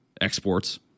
exports